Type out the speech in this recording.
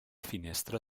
finestra